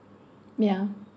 yeah